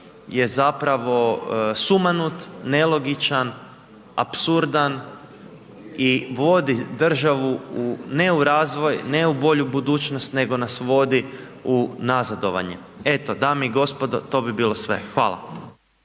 je zapravo sumanut, nelogičan, apsurdan i vodi državu u ne u razvoj, ne u bolju budućnost, nego nas vodi u nazadovanje. Eto, dame i gospodo, to bi bilo sve. Hvala.